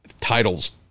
titles